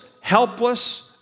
helpless